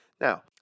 Now